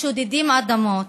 שודדים אדמות